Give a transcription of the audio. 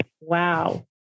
wow